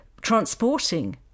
transporting